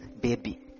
baby